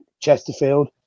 Chesterfield